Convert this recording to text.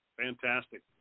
Fantastic